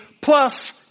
plus